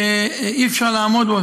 שאי-אפשר לעמוד בו.